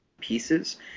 pieces